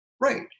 Right